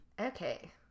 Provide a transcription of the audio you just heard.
Okay